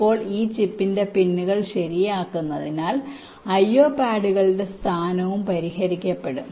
ഇപ്പോൾ ഈ ചിപ്പിന്റെ പിന്നുകൾ ശരിയാക്കുന്നതിനാൽ IO പാഡുകളുടെ സ്ഥാനവും പരിഹരിക്കപ്പെടും